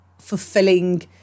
fulfilling